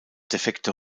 defekte